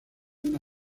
una